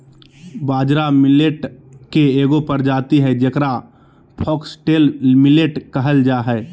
बाजरा मिलेट के एगो प्रजाति हइ जेकरा फॉक्सटेल मिलेट कहल जा हइ